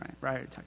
right